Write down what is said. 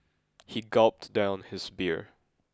he gulped down his beer